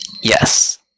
Yes